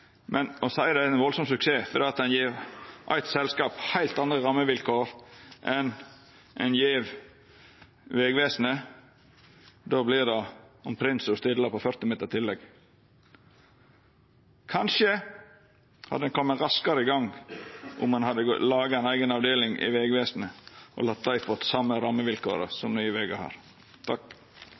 men å seia at det er ein enorm suksess fordi ein gjev eit selskap heilt andre rammevilkår enn ein gjev Vegvesenet, vert omtrent som å stilla med 40 meter tillegg. Kanskje hadde ein kome raskare i gang om ein hadde laga ei eiga avdeling i Vegvesenet og late dei fått dei same rammevilkåra som Nye Vegar